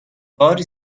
باری